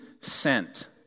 sent